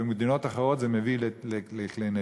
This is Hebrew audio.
במדינות אחרות זה מביא לכלי נשק.